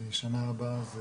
בשנה הבאה זה